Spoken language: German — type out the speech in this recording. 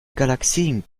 galaxien